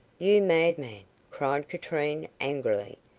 you madman! cried katrine, angrily.